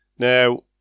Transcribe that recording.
Now